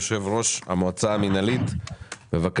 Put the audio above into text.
יושב-ראש המועצה המינהלית בבנק ישראל,